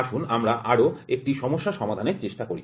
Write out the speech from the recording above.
আসুন আমরা আরও একটি সমস্যা সমাধানের চেষ্টা করি